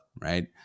right